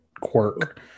quirk